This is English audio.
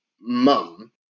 mum